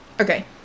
Okay